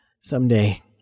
someday